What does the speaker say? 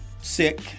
sick